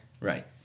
Right